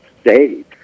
state